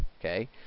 Okay